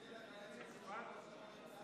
להלן התוצאות: 48 חברי כנסת